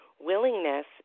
willingness